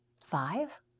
Five